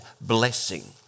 blessing